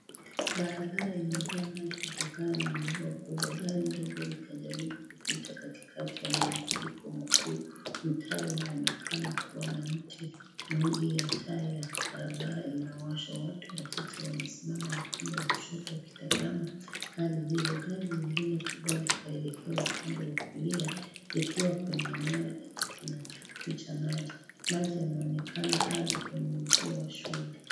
Barabara imejaa maji kutokana na mvua kubwa, gari ndogo likajaribu kupita katikati ya mafuriko makubwa, mtaa unaonekana kuwa na mti na taa ya barabara imewashwa, watu wachache wamesimama upande wa kushoto wakitazama hali hiyo, gari lingine lingali linaelekea upande wa kulia ikiwa kwenye eneo lina maji, maji yameonekana hadi kwenye uzio wa shule.